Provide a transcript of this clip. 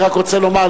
אני רק רוצה לומר,